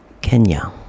Kenya